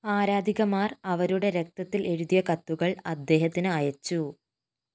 ആരാധികമാര് അവരുടെ രക്തത്തിൽ എഴുതിയ കത്തുകൾ അദ്ദേഹത്തിന് അയച്ചു